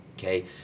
Okay